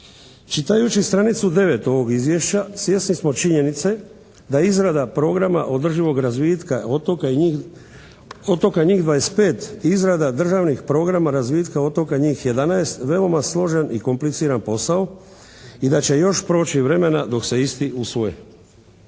Čitajući stranicu 9. ovog Izvješća svjesni smo činjenice da je izrada Programa održivog razvitka otoka i njih 25 izrada državnih Programa razvitka otoka njih 11 veoma složen i kompliciran posao i da će još proći vremena dok se isti usvoje.